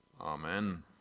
Amen